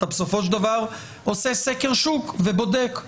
בסופו של דבר אתה עושה סקר שוק ובודק.